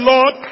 Lord